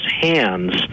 hands